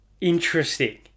Interesting